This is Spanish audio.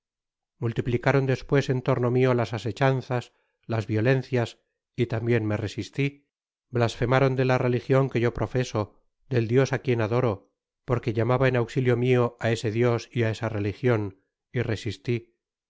multiplicaron despues en torno mio las asechanzas las violencias y tambien me resistí blasfemaron de la religion que yo profeso del dios á quien adoro porque llamaba en auxilio mio á ese dios y á esa religion y resistí